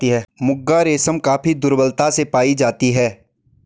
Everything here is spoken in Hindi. मुगा रेशम काफी दुर्लभता से पाई जाती है